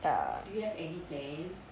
tak